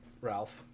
Ralph